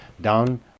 down